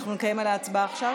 אנחנו נקיים עליה הצבעה עכשיו.